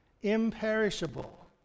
imperishable